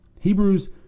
Hebrews